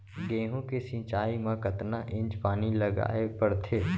गेहूँ के सिंचाई मा कतना इंच पानी लगाए पड़थे?